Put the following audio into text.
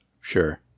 Sure